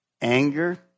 anger